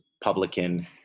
publican